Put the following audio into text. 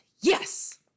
yes